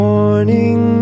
Morning